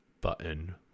button